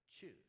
choose